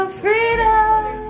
freedom